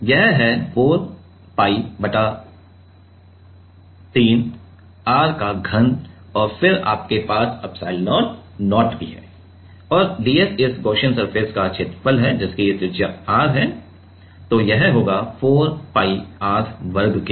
यह है 4 pi बटा 3 r का घन और फिर आपके पास एप्सिलॉन0 भी है और ds इस गॉसियन सरफेस का क्षेत्रफल है जिसका त्रिज्या r है 4 pi r वर्ग है